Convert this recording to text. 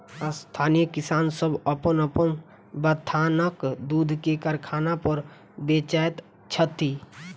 स्थानीय किसान सभ अपन अपन बथानक दूध के कारखाना पर बेचैत छथि